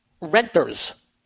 renters